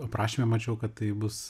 aprašyme mačiau kad tai bus